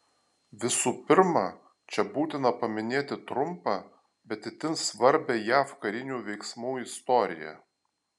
visų pirma čia būtina paminėti trumpą bet itin svarbią jav karinių veiksmų istoriją